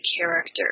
character